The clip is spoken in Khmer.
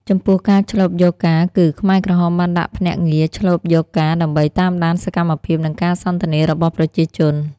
ចំពោះការឈ្លបយកការណ៍គឺ ខ្មែរក្រហមបានដាក់ភ្នាក់ងារឈ្លបយកការណ៍ដើម្បីតាមដានសកម្មភាព និងការសន្ទនារបស់ប្រជាជន។